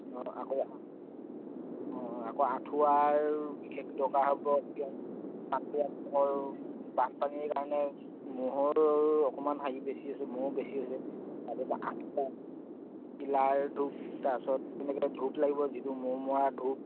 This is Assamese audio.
অঁ আকৌ অঁ আকৌ আঁঠুৱাৰ বিশেষ দৰকাৰ হ'ব কিয় বানপানীয়ে মানুহৰ বানপানীৰ কাৰণে মহৰ অকমান হেৰি বেছি হৈছে মহ বেছি হৈছে তাৰপাছত আঁঠুৱা কিলাৰ ধূপ তাৰপাছত তেনেকৈ ধূপ লাগিব যিটো মহ মৰা ধূপ